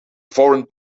foreign